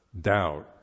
doubt